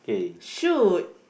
shoot